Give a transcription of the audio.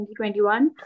2021